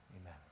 Amen